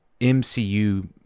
MCU